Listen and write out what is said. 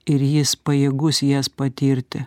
ir jis pajėgus jas patirti